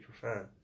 prefer